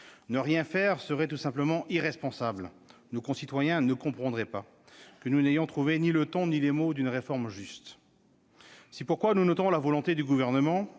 ne rien faire serait tout simplement irresponsable. Nos concitoyens ne comprendraient pas que nous n'ayons trouvé ni le temps ni les mots d'une réforme juste. C'est pourquoi nous notons la volonté du Gouvernement